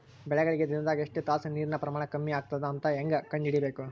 ಬೆಳಿಗಳಿಗೆ ದಿನದಾಗ ಎಷ್ಟು ತಾಸ ನೀರಿನ ಪ್ರಮಾಣ ಕಮ್ಮಿ ಆಗತದ ಅಂತ ಹೇಂಗ ಕಂಡ ಹಿಡಿಯಬೇಕು?